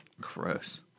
Gross